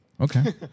Okay